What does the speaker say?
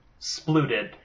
spluted